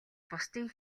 бусдын